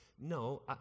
no